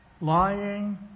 lying